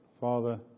Father